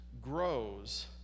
Grows